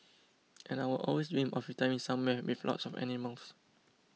and I'd always dreamed of retiring somewhere with lots of animals